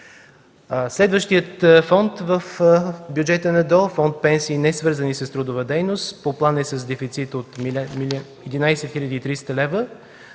Следващият фонд в бюджета на ДОО – Фонд „Пенсии, несвързани с трудова дейност”, по план е с дефицит от 11 хил. 300 лева,